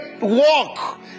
walk